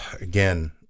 again